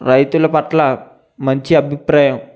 రైతుల పట్ల మంచి అభిప్రాయం